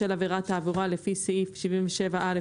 בשל עבירת תעבורה לפי סעיף 77(א)(2),